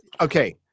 Okay